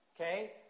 Okay